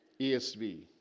ESV